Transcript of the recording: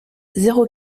zéro